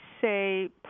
say